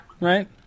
Right